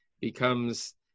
becomes